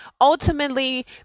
ultimately